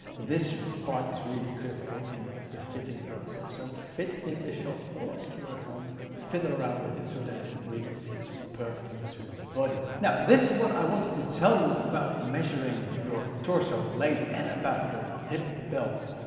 this part is really critical in the fitting process. so fit in a shop, or if you are at home, fiddle around with it so that it really sits perfectly to your body. now, this is what i wanted to tell you about measuring your torso length and about your hip belt